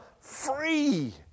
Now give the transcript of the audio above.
free